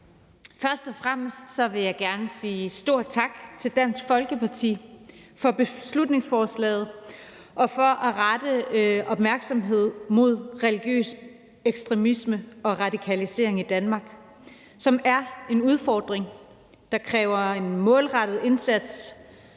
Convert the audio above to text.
Først og fremmest vil jeg gerne sige et stort tak til Dansk Folkeparti for beslutningsforslaget og for at rette opmærksomhed mod religiøs ekstremisme og radikalisering i Danmark, som er en udfordring, der kræver en målrettet indsats